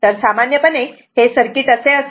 तर सामान्य पणे हे सर्किट असते